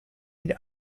and